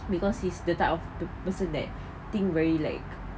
because he is the type of person that think very like